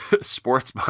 sports